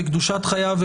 בקדושת חייו,